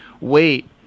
wait